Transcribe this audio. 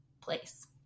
place